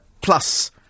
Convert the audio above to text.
Plus